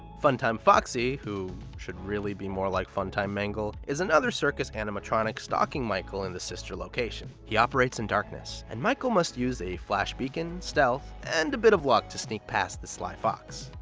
funtime foxy, who should really be more like funtime mangle, is another circus animatronic stalking michael in the sister location. he operates in darkness, and michael must use a flash beacon, stealth, and a bit of luck to sneak past this sly fox.